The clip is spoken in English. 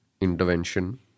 intervention